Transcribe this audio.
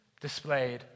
displayed